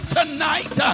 tonight